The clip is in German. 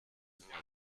immer